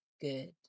good